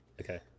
Okay